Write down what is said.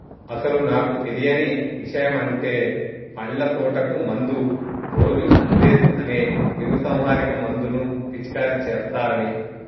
అసలు నాకు తెలియని ఇషయమంటే పండ్ల తోటకు మందు రోజు అందేస్ అనే క్రిమీసంహారక మందును పిచికారీ చేస్తారని